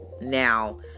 Now